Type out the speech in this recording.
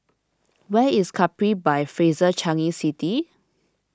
where is Capri by Fraser Changi City